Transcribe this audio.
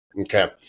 Okay